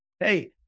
hey